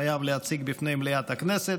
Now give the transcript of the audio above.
חייב להציג בפני מליאת הכנסת.